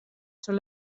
són